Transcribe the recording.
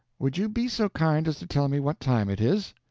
would you be so kind as to tell me what time it is?